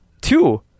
Two